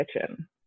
kitchen